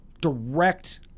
direct